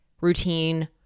routine